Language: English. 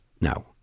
now